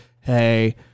Hey